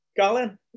Colin